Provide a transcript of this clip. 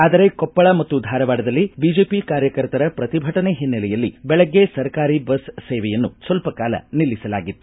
ಆದರೆ ಕೊಪ್ಪಳ ಮತ್ತು ಧಾರವಾಡದಲ್ಲಿ ಬಿಜೆಪಿ ಕಾರ್ಯಕರ್ತರ ಪ್ರತಿಭಟನೆ ಹಿನ್ನೆಲೆಯಲ್ಲಿ ಬೆಳಗ್ಗೆ ಸರ್ಕಾರಿ ಬಸ್ ಸೇವೆಯನ್ನು ಸ್ವಲ್ಪ ಕಾಲ ನಿಲ್ಲಿಸಲಾಗಿತ್ತು